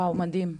וואו, מדהים.